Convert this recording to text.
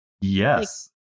Yes